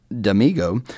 D'Amigo